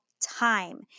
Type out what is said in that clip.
time